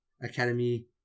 academy